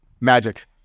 Magic